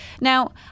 Now